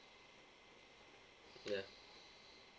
ya